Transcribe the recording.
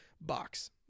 box